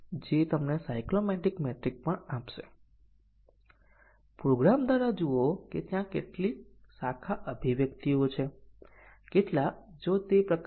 આપણે A નું સ્વતંત્ર મૂલ્યાંકન પ્રાપ્ત કરીશું